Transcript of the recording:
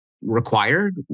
required